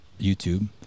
YouTube